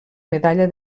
medalla